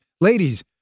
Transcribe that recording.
ladies